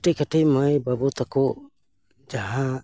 ᱠᱟᱹᱴᱤᱡᱼᱠᱟᱹᱴᱤᱜ ᱢᱟᱹᱭᱼᱵᱟᱵᱩ ᱛᱟᱠᱚ ᱡᱟᱦᱟᱸ